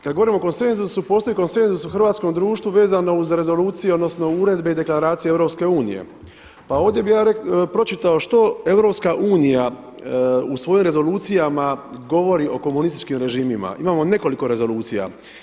Kada govorimo o konsenzusu, postoji konsenzus u hrvatskom društvu vezano uz rezolucije, odnosno uredbe i deklaracije EU, pa ovdje bi ja pročitao što EU u svojim rezolucijama govori o komunističkim režimima, imamo nekoliko rezolucija.